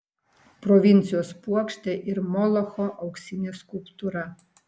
provincijos puokštė ir molocho auksinė skulptūra